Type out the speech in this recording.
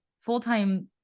full-time